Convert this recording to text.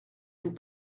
vous